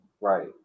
Right